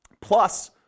plus